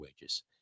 wages